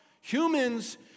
humans